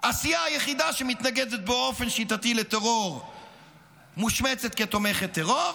הסיעה היחידה שמתנגדת באופן שיטתי לטרור מושמצת כתומכת טרור,